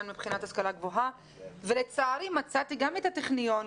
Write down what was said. מבחינת השכלה גבוהה ולצערי מצאתי גם את הטכניון,